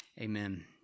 Amen